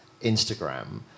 Instagram